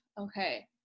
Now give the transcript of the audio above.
Okay